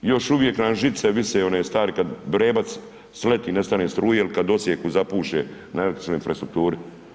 Još uvijek nam žice vise one stare kad vrebac sleti nestane struje ili kad u Osijeku zapuše na električnoj infrastrukturi.